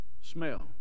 Smell